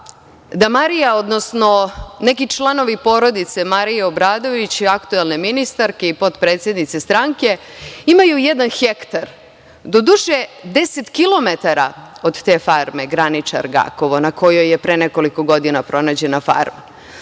da Marija, odnosno neki članovi porodice Marije Obradović i aktuelne ministarke i potpredsednice stranke imaju jedan hektar, doduše deset kilometara od te farme Graničar Gakovo na kojoj je pre nekoliko godina pronađena farma